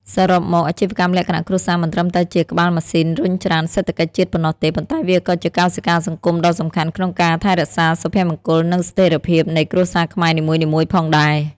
សរុបមក អាជីវកម្មលក្ខណៈគ្រួសារមិនត្រឹមតែជាក្បាលម៉ាស៊ីនរុញច្រានសេដ្ឋកិច្ចជាតិប៉ុណ្ណោះទេ ប៉ុន្តែវាក៏ជាកោសិកាសង្គមដ៏សំខាន់ក្នុងការថែរក្សាសុភមង្គល និងស្ថិរភាពនៃគ្រួសារខ្មែរនីមួយៗផងដែរ។